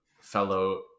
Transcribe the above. fellow